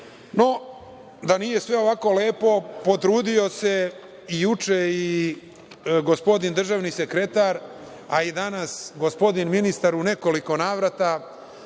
da nije sve ovako lepo, potrudio se juče, gospodin državni sekretar, a i danas gospodin ministar u nekoliko navrata